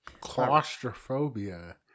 Claustrophobia